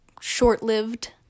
short-lived